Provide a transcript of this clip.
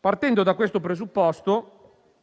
Partendo da questo presupposto,